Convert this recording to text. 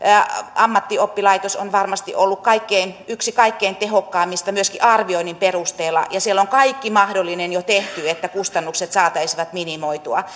ammattioppilaitos on varmasti ollut yksi kaikkein tehokkaimmista myöskin arvioinnin perusteella ja siellä on kaikki mahdollinen jo tehty että kustannukset saataisiin minimoitua